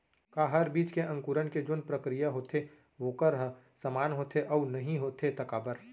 का हर बीज के अंकुरण के जोन प्रक्रिया होथे वोकर ह समान होथे, अऊ नहीं होथे ता काबर?